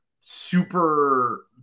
super